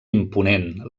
imponent